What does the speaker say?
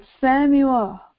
Samuel